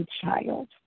child